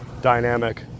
dynamic